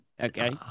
Okay